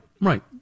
right